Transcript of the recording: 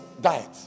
diet